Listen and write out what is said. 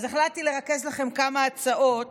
אז החלטתי לרכז לכם כמה הצעות